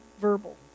verbal